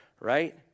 right